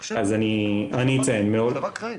והמחשב שבק חיים.